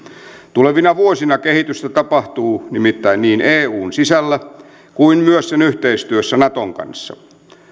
tulevina vuosina kehitystä tapahtuu nimittäin niin eun sisällä kuin myös sen yhteistyössä naton kanssa